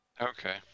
Okay